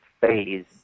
phase